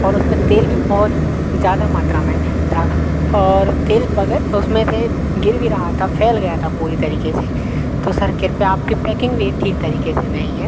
और उसमें तेल भी बहुत ज़्यादा मात्रा में था और तेल उसमें से गिर भी रहा था फैल गया था पूरी तरीके से तो सर कृपया आपकी पैकिंग भी ठीक तरीके से नहीं है